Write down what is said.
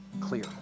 clear